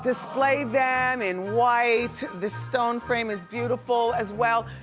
display them in white, the stone frame is beautiful as well.